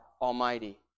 Almighty